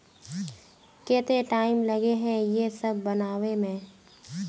केते टाइम लगे है ये सब बनावे में?